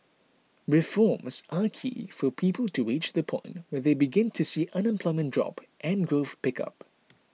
reforms are key for people to reach the point where they begin to see unemployment drop and growth pick up